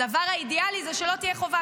הדבר האידיאלי זה שלא תהיה חובה.